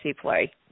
play